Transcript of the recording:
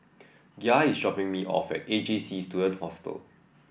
Gia is dropping me off at A J C Student Hostel